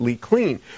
clean